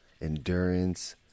endurance